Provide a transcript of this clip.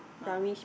uh